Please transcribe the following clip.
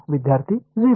विद्यार्थी 0